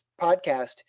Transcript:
podcast